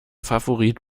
favorit